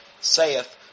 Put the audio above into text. saith